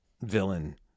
villain